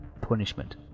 punishment